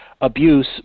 abuse